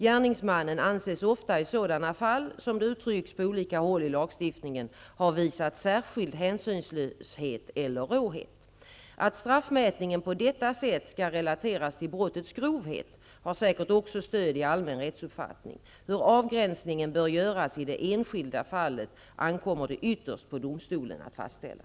Gärningsmannen anses ofta i sådana fall, som det uttrycks på olika håll i lagstiftningen, ha visat särskild hänsynslöshet eller råhet. Att straffmätningen på detta sätt skall relateras till brottets grovhet har säkert också stöd i allmän rättsuppfattning. Hur avgränsningen bör göras i det enskilda fallet ankommer det ytterst på domstolen att fastställa.